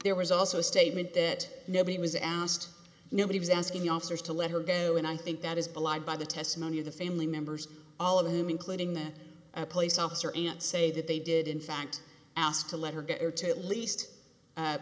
there was also a statement that nobody was asked nobody was asking the officer to let her go and i think that is belied by the testimony of the family members all of them including the police officer and say that they did in fact ask to let her get her to at least